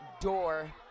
Door